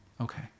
Okay